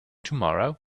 tomorrow